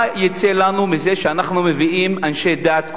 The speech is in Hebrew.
מה יצא לנו מזה שאנחנו מביאים אנשי דת,